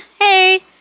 Hey